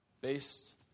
based